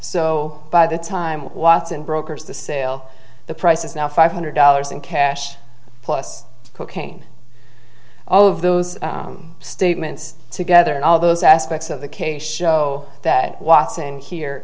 so by the time watson brokers the sale the price is now five hundred dollars in cash plus cocaine all of those statements together and all those aspects of the case show that watson here